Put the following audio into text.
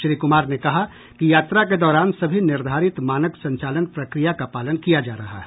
श्री कुमार ने कहा कि यात्रा के दौरान सभी निर्धारित मानक संचालन प्रक्रिया का पालन किया जा रहा है